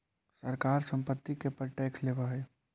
सरकार संपत्ति के पर टैक्स लेवऽ हई